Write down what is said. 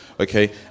Okay